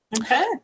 Okay